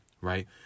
right